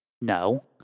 No